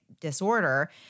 disorder